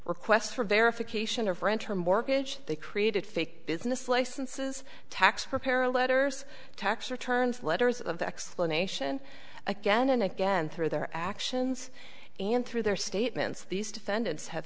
requests for verification of renter mortgage they created fake business licenses tax preparer letters tax returns letters of explanation again and again through their actions and through their statements these defendants ha